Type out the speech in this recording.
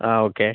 ആ ഓക്കേ